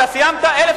אתה עכשיו סיימת.